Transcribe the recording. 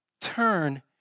Turn